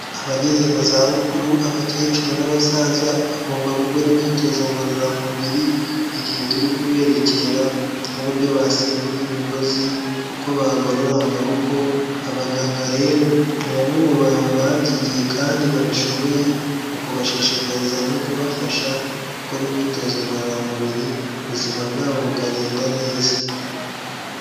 Abageze mu zabukuru, abakecuru n'abasaza bagomba gukora imyitozo ngororamubiri igihe turi kuberekera nk'uburyo basimbuka imigozi, uko bagorora amaboko, abaganga rero ni bamwe mu bantu babyigiye kandi babishoboye, mu kubashishikariza no kubafasha gukora imyitozo ngororamubiri, ubuzima bwabo bukagenda neza.